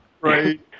right